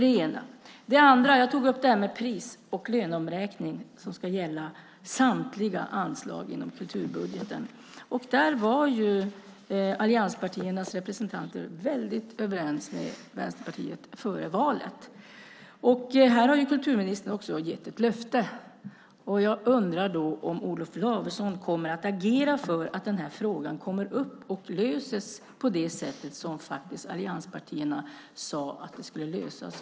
Den andra frågan gäller pris och löneomräkning som ska gälla samtliga anslag inom kulturbudgeten. Där var allianspartiernas representanter väldigt överens med Vänsterpartiet före valet. Här har kulturministern också gett ett löfte. Jag undrar då om Olof Lavesson kommer att agera för att den här frågan tas upp och löses på det sätt som allianspartierna före valet sade att den skulle lösas.